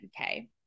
Okay